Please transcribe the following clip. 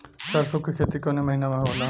सरसों का खेती कवने महीना में होला?